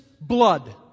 blood